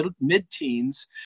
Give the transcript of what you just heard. mid-teens